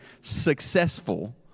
successful